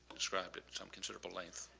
described at some considerable length,